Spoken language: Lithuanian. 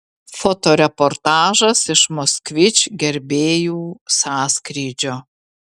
fotoreportažas iš moskvič gerbėjų sąskrydžio